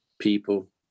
people